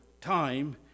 time